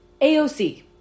AOC